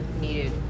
needed